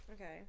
Okay